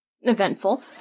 eventful